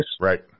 right